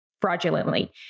fraudulently